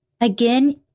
Again